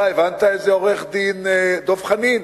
אתה הבנת את זה, עורך-דין דב חנין?